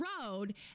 road